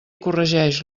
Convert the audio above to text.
corregeix